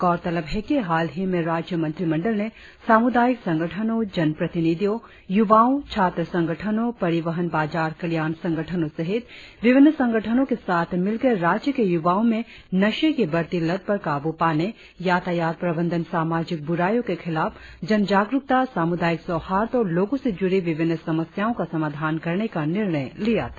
गौरतलब है कि हाल ही में राज्य मंत्रिमंडल ने सामुदायिक संगठनों जन प्रतिनिधियों युवाओं छात्र संगठनों परिवहन बाजार कल्याण संगठनों सहित विभिन्न संगठनों के साथ मिलकर राज्य के युवाओं में नशे की बढ़ती लत पर काबू पाने यातायात प्रबंधन सामाजिक ब्राइयों के खिलाफ जनजागरुकता सामुदायिक सौहार्द और लोगों से जुड़ी विभिन्न समस्याओं का समाधान करने का निर्णय लिया था